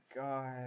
God